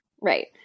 Right